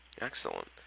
Excellent